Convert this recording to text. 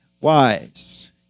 wise